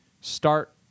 Start